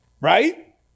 Right